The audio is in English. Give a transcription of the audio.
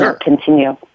continue